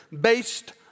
based